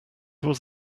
was